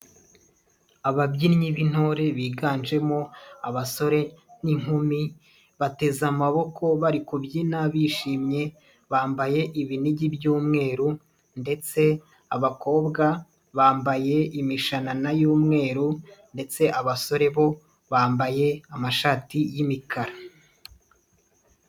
Ababyinnyi b'intore biganjemo abasore n'inkumi bateze amaboko bari kubyina bishimye bambaye ibinigi by'umweru ndetse abakobwa bambaye imishanana y'umweru ndetse abasore bo bambaye amashati y'imikara.